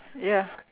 ya